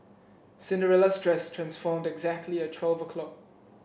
Cinderella's dress transformed exactly at twelve o'clock